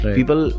People